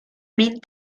min